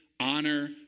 honor